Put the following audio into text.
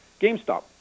GameStop